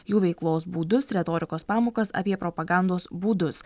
jų veiklos būdus retorikos pamokas apie propagandos būdus